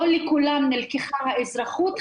לא לכולם נלקחה האזרחות.